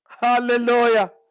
Hallelujah